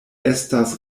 estas